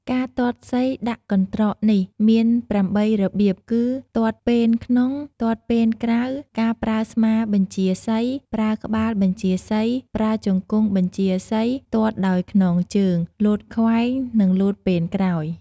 ការទាត់សីដាក់កន្ត្រកនេះមាន ៨ របៀបគឺ ទាត់ពែនក្នុង ទាត់ពែនក្រៅ ការប្រើស្មាបញ្ជាសី ប្រើក្បាលបញ្ជាសី ប្រើជង្កង់បញ្ជាសីទាត់ដោយខ្នងជើង លោតខ្វែង និង ទាត់ពែនក្រោយ ។